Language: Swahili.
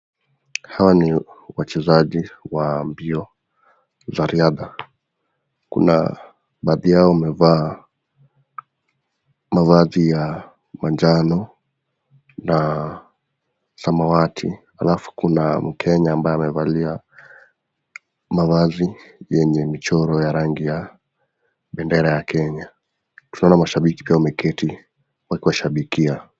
Hawa ni wachezaji wa mbio za riadha. Kuna baadhi yao wamevaa mavazi ya manjano na samawati, halafu kuna mkenya ambaye amevalia mavazi yenye michoro ya rangi ya bendera ya Kenya. Tunaona mashabiki pia wameketi wakiwashabikia.